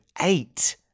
eight